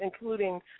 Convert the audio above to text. including